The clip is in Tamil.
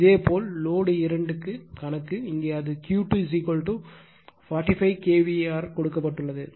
இதேபோல் லோடு 2 கணக்கு இங்கே அது q2 45 kVAr கொடுக்கப்பட்டுள்ளது